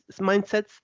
mindsets